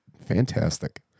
fantastic